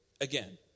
again